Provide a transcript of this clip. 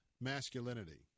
masculinity